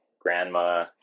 grandma